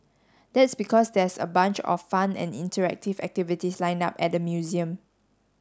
that's because there's a bunch of fun and interactive activities lined up at the museum